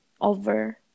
over